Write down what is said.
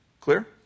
Clear